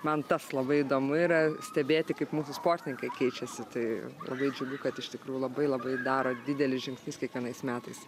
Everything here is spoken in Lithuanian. man tas labai įdomu yra stebėti kaip mūsų sportininkai keičiasi tai labai džiugu kad iš tikrųjų labai labai daro didelius žingsnius kiekvienais metais